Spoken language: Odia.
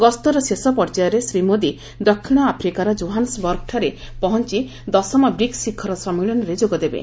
ଗସ୍ତର ଶେଷ ପର୍ଯ୍ୟାୟରେ ଶ୍ରୀ ମୋଦି ଦକ୍ଷିଣ ଆଫ୍ରିକାର ଜୋହାନ୍ସବର୍ଗଠାରେ ପହଞ୍ଚ ଦଶମ ବ୍ରିକ୍ସ ଶିଖର ସମ୍ମିଳନୀରେ ଯୋଗଦେବେ